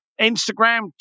Instagram